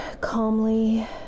calmly